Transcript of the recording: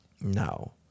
No